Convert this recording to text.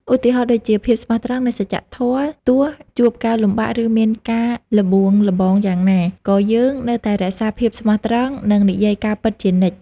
ឧទាហរណ៍ដូចជា ភាពស្មោះត្រង់ និងសច្ចៈធម៌ ទោះជួបការលំបាក ឬមានការល្បួងល្បងយ៉ាងណា ក៏យើងនៅតែរក្សាភាពស្មោះត្រង់ និងនិយាយការពិតជានិច្ច។